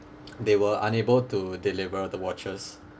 they were unable to deliver the watches